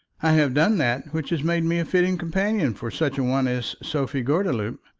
i have done that which has made me a fitting companion for such a one as sophie gordeloup,